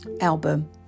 Album